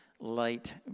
light